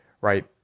Right